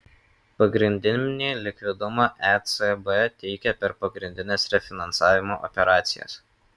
pagrindinį likvidumą ecb teikia per pagrindines refinansavimo operacijas